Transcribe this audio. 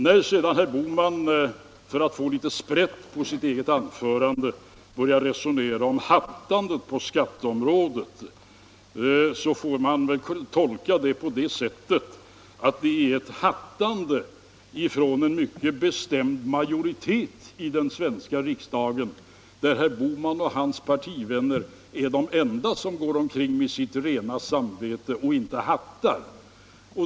När sedan herr Bohman för att få litet sprätt på sitt anförande börjar resonera om hattande på skatteområdet, får man väl tolka det så att han anser att det är ett hattande inom en mycket bestämd majoritet i den svenska riksdagen och att det bara är herr Bohman och hans partivänner som går omkring med sitt rena samvete och inte hattar.